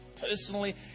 personally